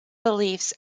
beliefs